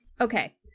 Okay